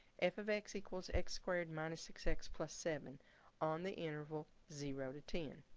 f of x equals x squared minus six x plus seven on the interval zero to ten.